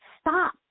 Stop